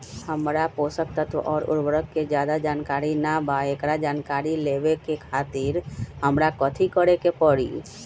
हमरा पोषक तत्व और उर्वरक के ज्यादा जानकारी ना बा एकरा जानकारी लेवे के खातिर हमरा कथी करे के पड़ी?